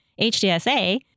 HDSA